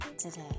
today